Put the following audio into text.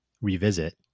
revisit